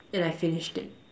and I finished it